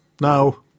now